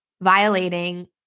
violating